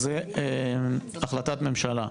זה החלטת ממשלה.